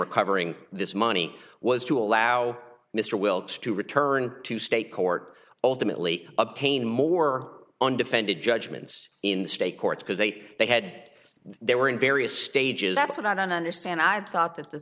recovering this money was to allow mr wilkes to return to state court ultimately obtain more undefended judgments in the state courts because they thought they had they were in various stages that's what i don't understand i thought that the